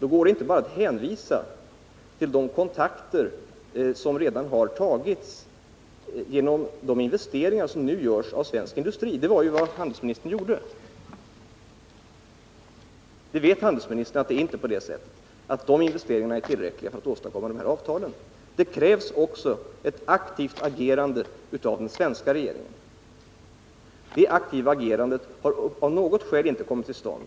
Det går då inte att bara hänvisa till de kontakter som redan har tagits genom de investeringar som nu görs av svensk industri. Det var dock vad handelsministern gjorde. Nu vet handelsministern att dessa investeringar inte är tillräckliga för att åstadkomma just dessa avtal. Det krävs också ett aktivt agerande av den svenska regeringen. Ett sådant har dock av något skäl inte kommit till stånd.